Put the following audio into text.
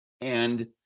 And-